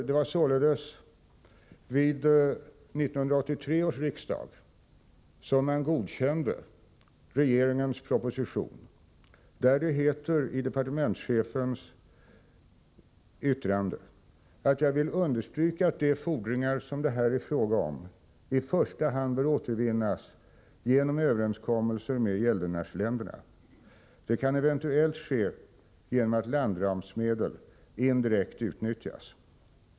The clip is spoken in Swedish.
Det var således 1983 som riksdagen godkände regeringens proposition, där det i departementschefens uttalande heter: Jag vill understryka att de fordringar som det här är fråga om i första hand bör återvinnas genom överenskommelse med gäldenärsländerna. Det kan eventuellt ske genom att landramsmedel indirekt utnyttjas.